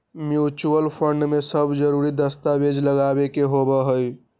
mutual fund में सब जरूरी दस्तावेज लगावे के होबा हई